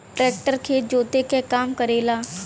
tractor खेत जोते क काम करेला